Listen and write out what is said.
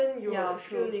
ya true